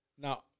Now